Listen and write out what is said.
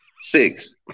six